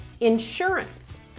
Insurance